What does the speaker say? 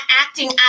acting